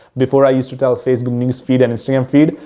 before, i used to tell facebook newsfeed and instagram feed,